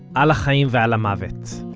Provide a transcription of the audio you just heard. al ha'chaim ve'al ha'mavet,